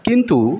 কিন্তু